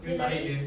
dia lari